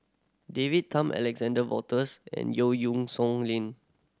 David Tham Alexander Wolters and Yeo Song Nian